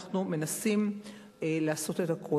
אנחנו מנסים לעשות הכול.